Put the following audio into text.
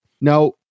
Now